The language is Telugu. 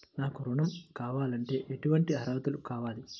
నాకు ఋణం కావాలంటే ఏటువంటి అర్హతలు కావాలి?